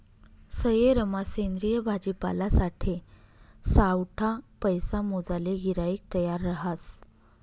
सयेरमा सेंद्रिय भाजीपालासाठे सावठा पैसा मोजाले गिराईक तयार रहास